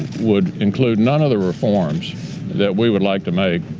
would include none of the reforms that we would like to make.